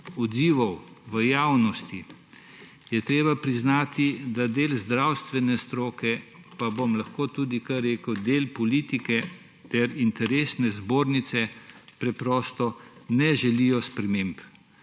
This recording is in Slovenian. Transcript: odzivov v javnosti, je treba priznati, da del zdravstvene stroke, pa bom lahko tudi kar rekel del politike ter interesne zbornice, preprosto ne želijo sprememb,